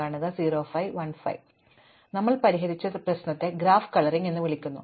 അതിനാൽ ഞങ്ങൾ പരിഹരിച്ച പ്രശ്നത്തെ ഗ്രാഫ് കളറിംഗ് എന്ന് വിളിക്കുന്നു